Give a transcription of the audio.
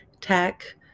tech